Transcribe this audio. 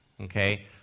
okay